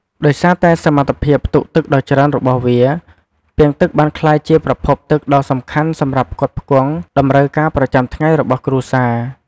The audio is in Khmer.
ដោយសារតែសមត្ថភាពផ្ទុកទឹកដ៏ច្រើនរបស់វា ពាងទឹកបានក្លាយជាប្រភពទឹកដ៏សំខាន់សម្រាប់ផ្គត់ផ្គង់តម្រូវការប្រចាំថ្ងៃរបស់គ្រួសារ។